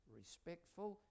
respectful